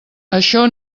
això